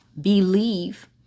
believe